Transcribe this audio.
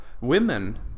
women